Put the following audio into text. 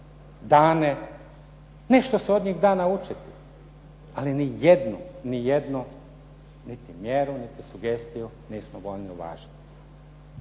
studije. Nešto se od njih da naučit, ali nijednu niti mjeru niti sugestiju nismo voljni uvažiti.